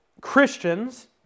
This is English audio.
Christians